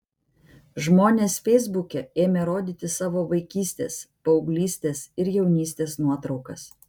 žmonės feisbuke ėmė rodyti savo vaikystės paauglystės ir jaunystės nuotraukas